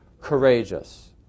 courageous